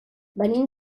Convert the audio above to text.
venim